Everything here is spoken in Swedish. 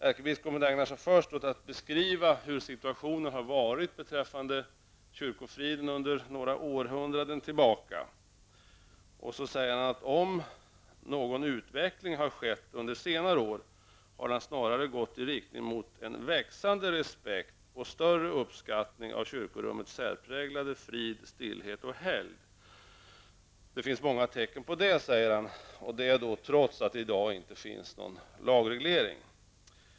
Ärkebiskopen ägnade sig först åt att beskriva hur situationen har varit beträffande kyrkofriden sedan några århundraden tillbaka: ''om någon utveckling har skett under senare år, har den snarast gått i riktning mot en växande respekt och större uppskattning av kyrkorummets särpräglade frid, stillhet och helgd. Det finns många tecken på det.'' Så säger ärkebiskopen trots att det i dag inte finns någon lagreglering.